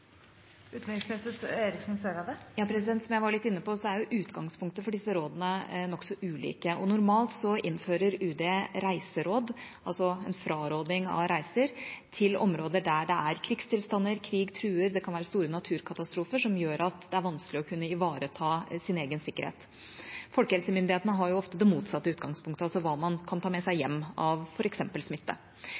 Som jeg var litt inne på, er utgangspunktene for disse rådene nokså ulike. Normalt innfører UD reiseråd, altså en fraråding av reiser, til områder der det er krigstilstand eller krig truer, eller det kan være naturkatastrofer som gjør at det er vanskelig å kunne ivareta ens egen sikkerhet. Folkehelsemyndighetene har jo ofte det motsatte utgangspunktet, altså hva man kan ta med seg hjem av f.eks. smitte.